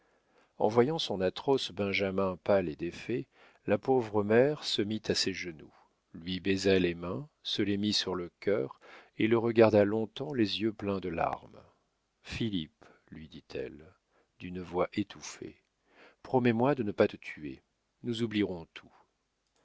en voyant son atroce benjamin pâle et défait la pauvre mère se mit à ses genoux lui baisa les mains se les mit sur le cœur et le regarda long-temps les yeux pleins de larmes philippe lui dit-elle d'une voix étouffée promets-moi de ne pas te tuer nous oublierons tout